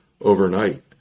overnight